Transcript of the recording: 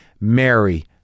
mary